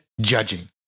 judging